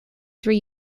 three